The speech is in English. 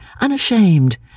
unashamed